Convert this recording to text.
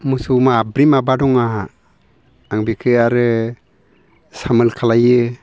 मोसौ माब्रै माबा दं आंहा आं बेखौ आरो सामोल खालामो